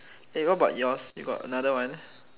eh what about yours you got another one